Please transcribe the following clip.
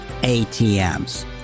ATMs